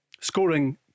Scoring